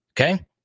okay